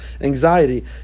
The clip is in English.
anxiety